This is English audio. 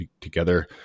together